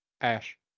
Ash